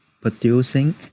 producing